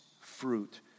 fruit